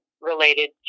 related